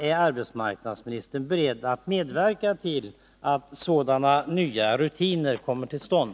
Är arbetsmarknadsministern beredd att medverka till att sådana nya rutiner kommer till stånd?